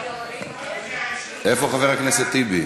איפה חבר הכנסת טיבי?